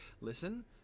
listen